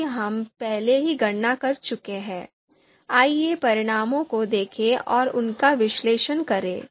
चूंकि हम पहले ही गणना कर चुके हैं आइए परिणामों को देखें और उनका विश्लेषण करें